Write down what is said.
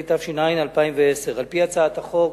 התש"ע 2010. על-פי הצעת החוק,